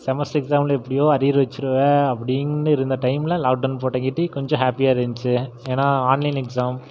semester எக்ஸாம்ல எப்படியும் arrear வச்சுருவேன் அப்படின்னு இருந்த டைம்மில் லாக்டவுன் போட்டங்காட்டி கொஞ்சம் ஹாப்பியாக இருந்துச்சு ஏன்னா ஆன்லைன் எக்ஸாம்